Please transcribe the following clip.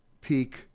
Peak